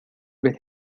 with